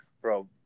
Bro